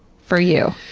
for you?